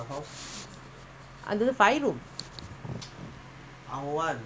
ya five room இப்பவாங்கறதா:ippa vaankratha ah mah five room